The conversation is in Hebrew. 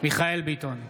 מיכאל מרדכי ביטון,